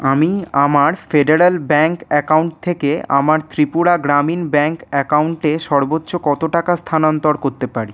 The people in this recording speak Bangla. আমি আমার ফেডারেল ব্যাংক অ্যাকাউন্ট থেকে আমার ত্রিপুরা গ্রামীণ ব্যাংক অ্যাকাউন্টে সর্বোচ্চ কত টাকা স্থানান্তর করতে পারি